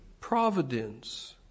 providence